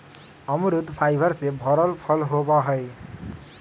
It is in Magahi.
अमरुद फाइबर से भरल फल होबा हई